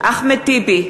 אחמד טיבי,